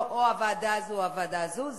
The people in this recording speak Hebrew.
לא או הוועדה הזו או הוועדה הזו.